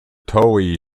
toei